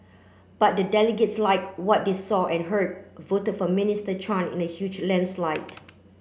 but the delegates like what they saw and heard voted for Minister Chan in a huge landslide